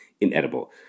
inedible